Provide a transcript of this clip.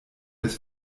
des